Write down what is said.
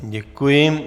Děkuji.